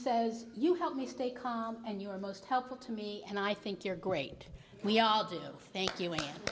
says you help me stay calm and you are most helpful to me and i think you're great we are just thank you and